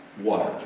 water